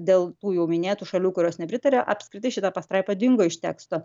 dėl tų jau minėtų šalių kurios nepritarė apskritai šita pastraipa dingo iš teksto